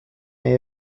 may